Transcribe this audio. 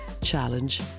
challenge